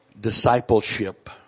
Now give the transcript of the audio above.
discipleship